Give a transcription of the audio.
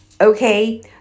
okay